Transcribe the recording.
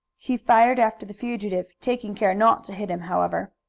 he fired after the fugitive, taking care not to hit him, however.